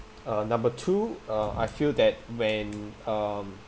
uh number two uh I feel that when um